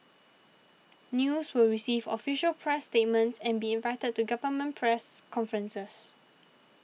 news will receive official press statements and be invited to government press conferences